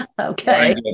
okay